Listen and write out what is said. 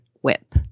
whip